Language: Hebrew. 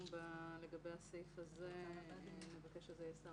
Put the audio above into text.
לגבי הסעיף הזה נבקש שזה יהיה שר